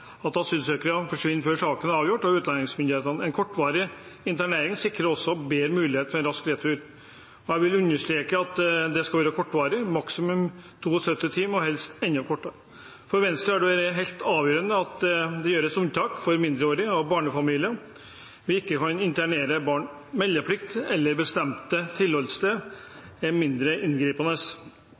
at asylsøkere forsvinner for utlendingsmyndighetene før saken er avgjort, og en kortvarig internering sikrer også bedre mulighet for en rask retur. Jeg vil understreke at det skal være kortvarig, maksimum 72 timer, og helst enda kortere. For Venstre har det vært helt avgjørende at det gjøres unntak for mindreårige og barnefamilier, at vi ikke kan internere barn. Meldeplikt eller bestemte tilholdssted er mindre inngripende.